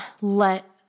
let